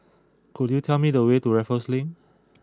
could you tell me the way to Raffles Link